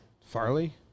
Farley